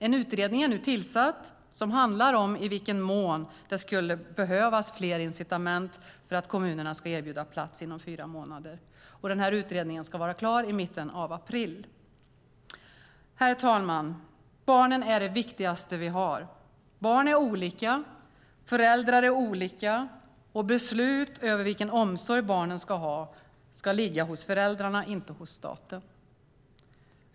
En utredning är nu tillsatt som handlar om i vilken mån det skulle behövas fler incitament för att kommunerna ska erbjuda plats inom fyra månader. Denna utredning ska vara klar i mitten av april. Herr talman! Barnen är det viktigaste vi har. Barn är olika, föräldrar är olika, och beslutet om vilken omsorg barnen ska ha ska ligga hos föräldrarna och inte hos staten.